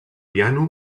piano